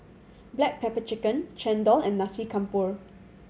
black pepper chicken chendol and Nasi Campur